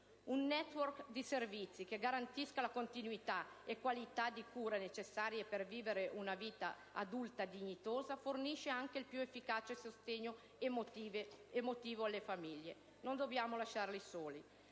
Un *network* di servizi che garantisca la continuità e qualità di cure necessarie per vivere una vita adulta dignitosa fornisce anche il più efficace sostegno emotivo alle famiglie. Non dobbiamo lasciarli soli.